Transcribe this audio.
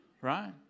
right